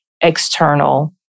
external